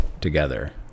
together